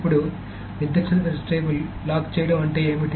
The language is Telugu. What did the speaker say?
ఇప్పుడు నిర్దిష్ట టేబుల్ ను లాక్ చేయడం అంటే ఏమిటి